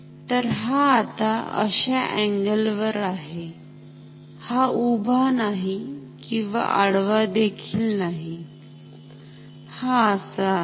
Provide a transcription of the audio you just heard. तर हा आता अशा अँगल वर आहे हा उभा नाही आणि आडवा देखील नाही हा असा आहे